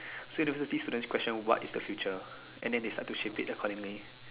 so university question what is the future and then they start to shape it accordingly